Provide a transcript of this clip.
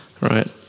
right